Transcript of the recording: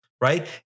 right